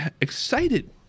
excited